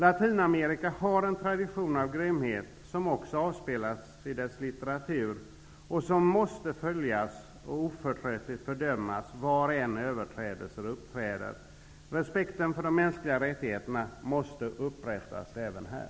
Latinamerika har en tradition av grymhet -- som också avspeglas i dess litteratur -- och som måste följas och oförtröttligt fördömas var överträdelser än uppträder. Respekten för mänskliga rättigheter måste upprättas även här.